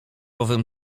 owym